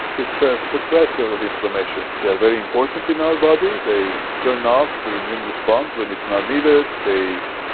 it's a suppressor of inflammation. they are very important in our body, they turn off the immune response when it's not needed, they,